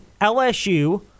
LSU